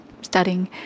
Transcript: studying